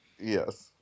Yes